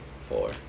four